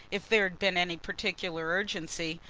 if there had been any particular urgency,